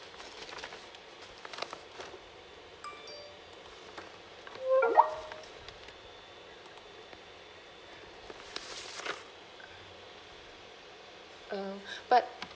um but